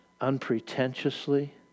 Unpretentiously